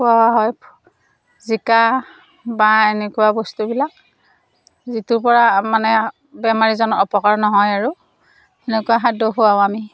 খুওৱা হয় জিকা বা এনেকুৱা বস্তুবিলাক যিটোৰ পৰা মানে বেমাৰীজনৰ অপকাৰ নহয় আৰু সেনেকুৱা খাদ্য খুৱাও আমি